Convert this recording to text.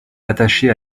attachée